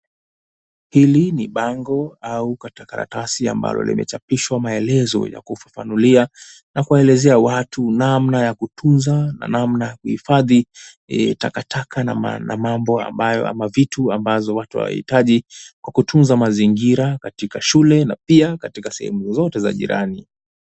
Hili ni bango au karatasi ambalo limechapishwa maelezo ya kufafanulia na kuelezea watu namna ya kutunza na namna ya kuhifadhi takataka na mambo ambayo ama vitu ambazo watu wanahitaji kwa kutunza mazingira katika shule na pia katika sehemu zozote za jirani.